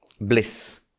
bliss